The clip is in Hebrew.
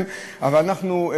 אבל אנחנו,